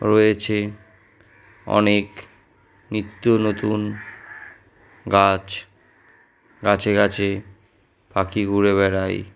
রয়েছে অনেক নিত্যনতুন গাছ গাছে গাছে পাখি ঘুরে বেড়ায়